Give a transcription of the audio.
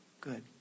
Good